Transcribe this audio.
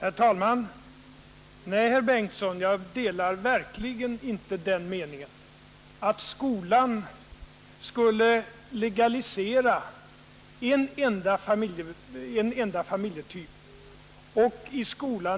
Herr talman! Nej, herr Karl Bengtsson i Varberg, jag delar verkligen inte den meningen. Att legalisera en enda familjetyp och